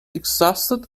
exhausted